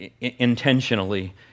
intentionally